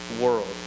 world